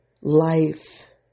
life